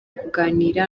kuganira